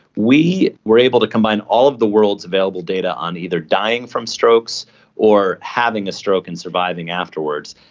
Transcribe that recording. we were able to combine all the world's available data on either dying from strokes or having a stroke and surviving afterwards,